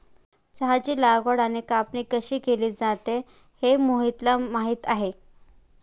चहाची लागवड आणि कापणी कशी केली जाते हे मोहितला माहित आहे